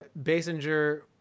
Basinger